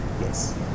Yes